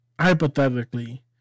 Hypothetically